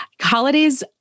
Holidays